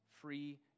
free